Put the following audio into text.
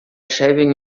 shaving